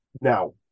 Now